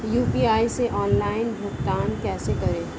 UPI से online भुगतान कैसे करें?